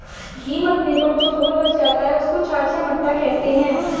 घी मथने पर जो घोल बच जाता है, उसको छाछ या मट्ठा कहते हैं